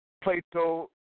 Plato